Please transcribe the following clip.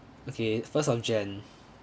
okay first of jan